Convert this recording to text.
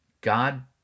God